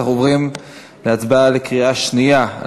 אנחנו עוברים להצבעה בקריאה שנייה על